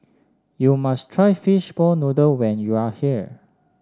you must try Fishball Noodle when you are here